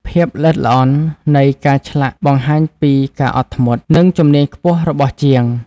ភាពល្អិតល្អន់នៃការឆ្លាក់បង្ហាញពីការអត់ធ្មត់ និងជំនាញខ្ពស់របស់ជាង។